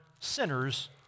sinners